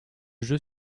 jeu